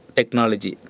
technology